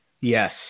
Yes